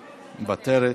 מוותרת.